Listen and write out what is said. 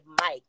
Mike